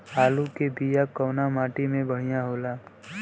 आलू के बिया कवना माटी मे बढ़ियां होला?